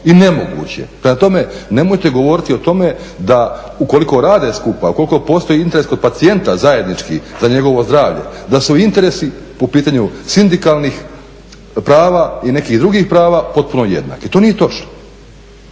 i nemoguć je. Prema tome, nemojte govoriti o tome da ukoliko rade skupa, ukoliko postoji interes kod pacijenta zajednički za njegovo zdravlje da su interesi po pitanju sindikalnih prava i nekih drugih prava potpuno jednaki i to nije točno.